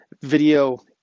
video